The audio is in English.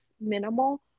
minimal